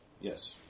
Yes